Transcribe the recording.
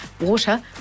water